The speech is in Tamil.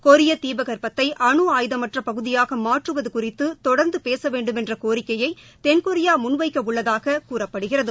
கொரிய தீபகற்பகத்தை அணு ஆயுதமற்ற பகுதியாக மாற்றுவது குறித்து தொடா்ந்து பேச வேண்டுமென்ற கோரிக்கையை தென்கொரியா முன்வைக்க உள்ளதாக கூறப்படுகிறது